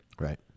Right